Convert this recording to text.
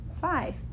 Five